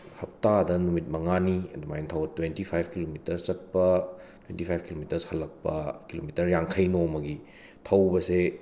ꯍꯞꯇꯥꯗ ꯅꯨꯃꯤꯠ ꯃꯉꯥꯅꯤ ꯑꯗꯨꯃꯥꯏꯅ ꯊꯧꯋꯤ ꯇ꯭ꯋꯦꯟꯇꯤꯐꯥꯏꯞ ꯀꯤꯂꯣꯃꯤꯇꯔ ꯆꯠꯄ ꯇ꯭ꯋꯦꯟꯇꯤꯐꯥꯏꯞ ꯀꯤꯂꯣꯃꯤꯇꯔ ꯍꯜꯂꯛꯄ ꯀꯤꯂꯣꯃꯤꯇꯔ ꯌꯥꯡꯈꯩ ꯅꯣꯡꯃꯒꯤ ꯊꯧꯕꯁꯦ